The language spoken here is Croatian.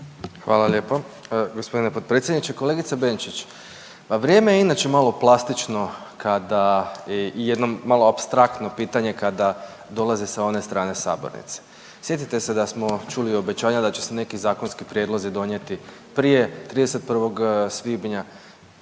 Hvala lijepo gospodine potpredsjedniče. Kolegice Benčić pa vrijeme je ipak malo plastično kada je jednom malo apstraktno pitanje kada dolaze sa one strane sabornice. Sjetite se da smo čuli obećanja da će se neki zakonski prijedlozi donijeti prije 31. svibnja,